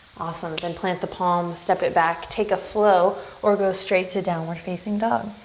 awesome, then plant the palms, step it back, take a flow or go straight to downward facing dog.